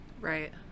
Right